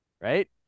Right